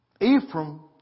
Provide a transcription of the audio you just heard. Ephraim